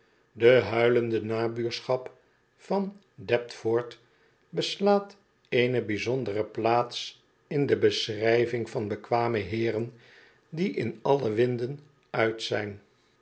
de huilende nabuurschap van deptford beslaat eene bijzondere plaats in de beschrijving van bekwame heeren die in alle winden uit zijn